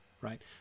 Right